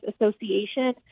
Association